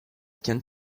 can